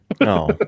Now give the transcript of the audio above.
no